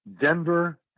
Denver